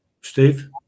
Steve